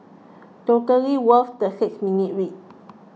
totally worth the six minutes read